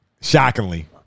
Shockingly